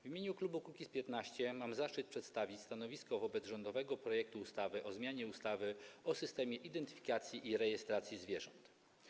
W imieniu klubu Kukiz’15 mam zaszczyt przedstawić stanowisko wobec rządowego projektu ustawy o zmianie ustawy o systemie identyfikacji i rejestracji zwierząt.